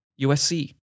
USC